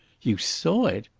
you saw it!